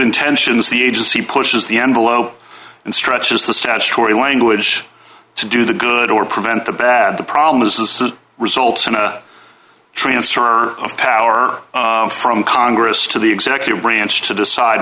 intentions the agency pushes the envelope and stretches the statutory language to do the good or prevent the bad the problem is that results in a transfer of power from congress to the executive branch to decide